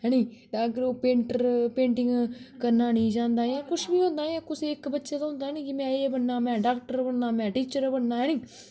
है नी ते अगर ओह् पेंटर पेटिंग करना नेईं चांह्दा ऐ कुछ बी होंदा ऐ कुसै इक बच्चे दा होंदा निं मैं एह् बनना मैं डाक्टर बनना मैं टीचर बनना है नी